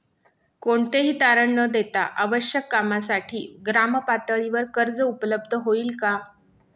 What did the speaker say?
कोणतेही तारण न देता आवश्यक कामासाठी ग्रामपातळीवर कर्ज उपलब्ध होईल का?